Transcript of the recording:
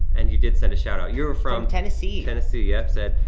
and you did send a shout-out. you are from tennessee. tennessee, yup, said,